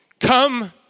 Come